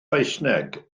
saesneg